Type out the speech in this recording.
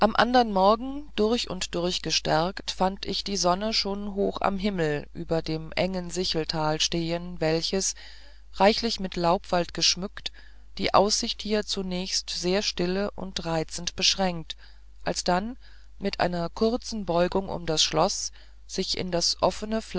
andern morgen durch und durch gestärkt fand ich die sonne schon hoch am himmel über dem engen sicheltale stehen welches reichlich mit laubwald geschmückt die aussicht hier zunächst sehr stille und reizend beschränkt alsdann mit einer kurzen beugung um das schloß sich in das offene